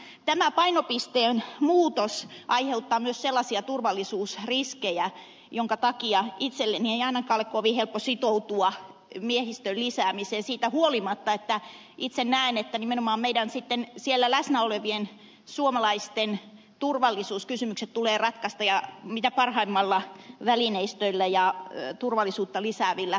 tämä painopisteen muutos aiheuttaa myös sellaisia turvallisuusriskejä joiden takia minun ei ainakaan ole kovin helppo sitoutua miehistön lisäämiseen siitä huolimatta että itse näen että nimenomaan siellä läsnä olevien suomalaisten turvallisuuskysymykset tulee ratkaista mitä parhaimmalla välineistöllä ja turvallisuutta lisäävillä tarvikkeilla